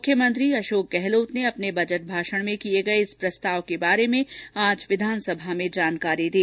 मुख्यमंत्री अशोक गहलोत ने अपने बजट भाषण में किये गये इस प्रस्ताव की आज विधानसभा में जानकारी दी